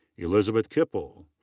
elizabeth kipple.